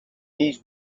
his